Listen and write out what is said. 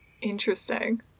Interesting